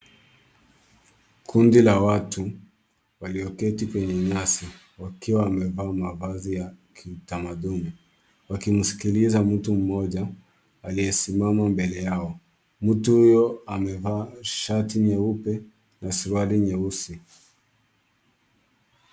Kundi la watu walioketi kwenye nyasi ,wakiwa wamevaa mavazi ya kiutamaduni . Wakimsikiliza mtu mmoja aliyesimama mbele yao, mtu huyo amevaa shati nyeupe na suruali nyeusi.